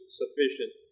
sufficient